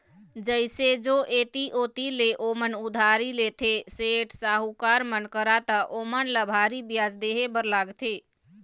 जइसे जो ऐती ओती ले ओमन उधारी लेथे, सेठ, साहूकार मन करा त ओमन ल भारी बियाज देहे बर लागथे